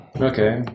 okay